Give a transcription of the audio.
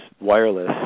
wireless